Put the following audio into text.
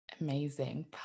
amazing